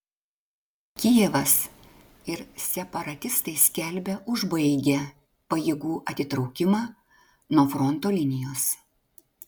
kijevas ir separatistai skelbia užbaigę pajėgų atitraukimą nuo fronto linijos